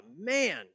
man